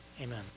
Amen